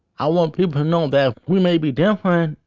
i want people to know that we may be different,